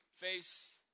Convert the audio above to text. face